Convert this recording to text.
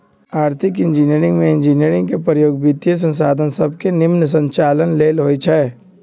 आर्थिक इंजीनियरिंग में इंजीनियरिंग के प्रयोग वित्तीयसंसाधन सभके के निम्मन संचालन लेल होइ छै